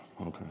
Okay